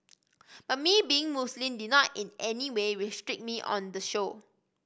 but me being Muslim did not in any way restrict me on the show